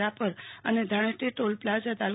રાપર અને Dhaneti toll plaza તા